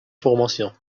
formation